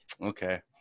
okay